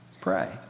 pray